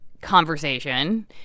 conversation